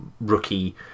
rookie